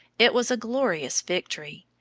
it was a glorious victory.